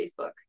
Facebook